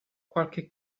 qualche